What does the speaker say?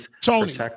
Tony